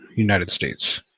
united states.